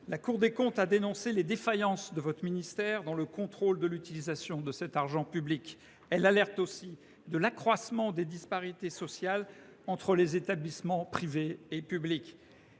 La Cour des comptes a dénoncé les défaillances de votre ministère dans le contrôle de l’utilisation de cet argent public, madame la ministre. Elle alerte aussi sur l’accroissement des disparités sociales entre les établissements privés et publics.